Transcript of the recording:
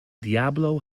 diablo